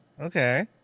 Okay